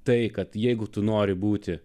tai kad jeigu tu nori būti